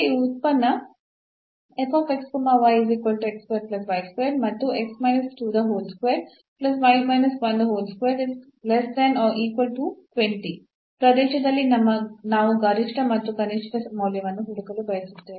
ಈ ಉತ್ಪನ್ನ ಮತ್ತು ಪ್ರದೇಶದಲ್ಲಿ ನಾವು ಗರಿಷ್ಠ ಮತ್ತು ಕನಿಷ್ಠ ಮೌಲ್ಯವನ್ನು ಹುಡುಕಲು ಬಯಸುತ್ತೇವೆ